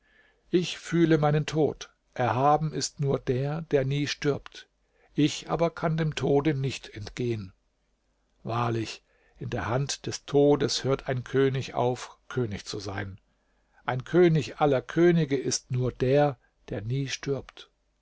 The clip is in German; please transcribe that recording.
ich fühle meinen tod erhaben ist nur der der nie stirbt ich aber kann dem tode nicht entgehen wahrlich in der hand des todes hört ein könig auf könig zu sein ein könig aller könige ist nur der der nie stirbt